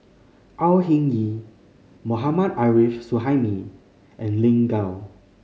Au Hing Yee Mohammad Arif Suhaimi and Lin Gao